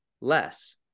less